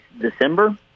December